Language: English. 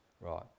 right